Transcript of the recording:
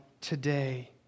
today